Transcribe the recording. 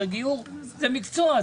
גיור זה מקצוע.